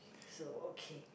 so okay